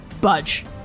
Budge